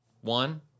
One